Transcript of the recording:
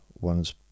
One's